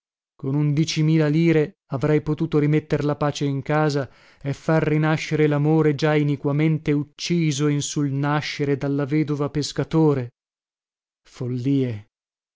con undicimila lire avrei potuto rimetter la pace in casa e far rinascere lamore già iniquamente ucciso in sul nascere dalla vedova pescatore follie